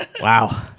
Wow